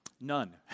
None